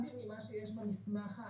להיאבק איתם קשות כדי שילכו לישון ויצברו כוח.